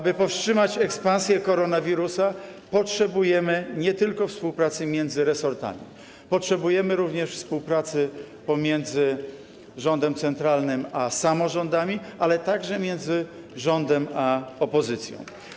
Aby powstrzymać koronawirusa, potrzebujemy nie tylko współpracy między resortami, potrzebujemy również współpracy pomiędzy rządem centralnym a samorządami, ale także między rządem a opozycją.